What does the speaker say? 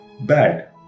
bad